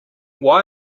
why